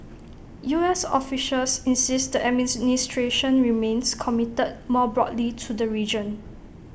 U S officials insist the remains committed more broadly to the region